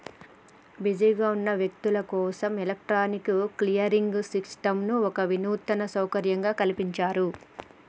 బిజీగా ఉన్న వ్యక్తులు కోసం ఎలక్ట్రానిక్ క్లియరింగ్ సిస్టంను ఒక వినూత్న సౌకర్యంగా కల్పించారు